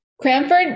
Cranford